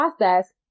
process